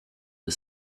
the